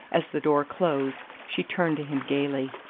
as the door closed, she turned to him gaily.